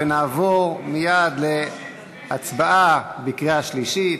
נעבור מייד להצבעה בקריאה שלישית.